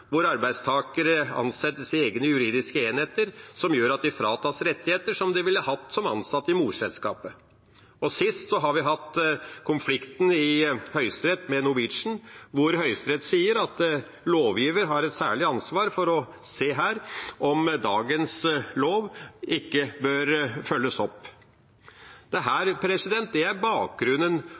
hvor arbeidstakere ansettes i egne juridiske enheter som gjør at de fratas rettigheter som de ville hatt som ansatt i morselskapet. Sist hadde vi i Høyesterett konflikten med Norwegian, hvor Høyesterett sier at lovgiver har et særlig ansvar for å se om dagens lov ikke bør følges opp. Dette er bakgrunnen